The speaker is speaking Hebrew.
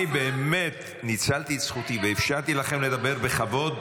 אני באמת ניצלתי את זכותי ואפשרתי לכן לדבר בכבוד.